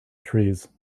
trees